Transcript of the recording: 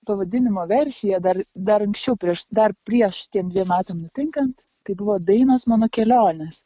pavadinimo versija dar dar anksčiau prieš dar prieš tiem dviem metam nutinkant tai buvo dainos mano kelionės